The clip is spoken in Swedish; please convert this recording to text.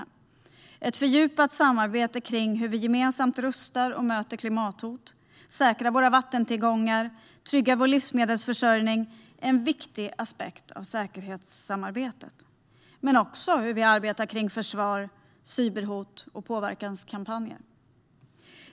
Viktiga aspekter på säkerhetssamarbetet är ett fördjupat samarbete kring hur vi gemensamt rustar och möter klimathot, säkrar våra vattentillgångar och tryggar vår livsmedelsförsörjning. Det gäller också hur vi arbetar med försvar, cyberhot och påverkanskampanjer.